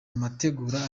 amategura